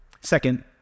second